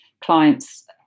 clients